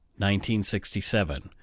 1967